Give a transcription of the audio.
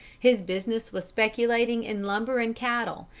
his business was speculating in lumber and cattle,